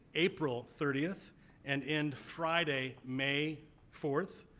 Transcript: april thirtieth and end friday, may fourth.